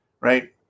right